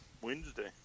Wednesday